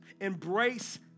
Embrace